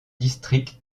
district